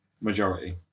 Majority